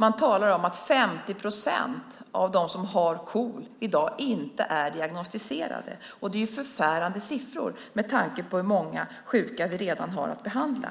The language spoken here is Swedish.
Man talar om att 50 procent av dem som har KOL i dag inte är diagnostiserade. Det är förfärande siffror med tanke på hur många sjuka vi redan har att behandla.